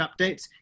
updates